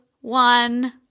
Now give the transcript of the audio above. one